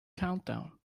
countdown